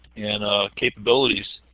and ah capabilities.